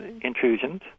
intrusions